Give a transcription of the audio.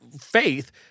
faith